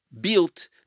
built